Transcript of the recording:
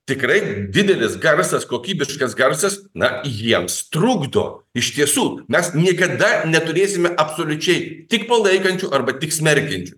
tikrai didelis garsas kokybiškas garsas na jiems trukdo iš tiesų mes niekada neturėsime absoliučiai tik palaikančių arba tik smerkiančių